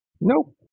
Nope